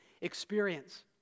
experience